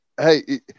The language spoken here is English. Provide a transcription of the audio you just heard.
hey